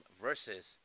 versus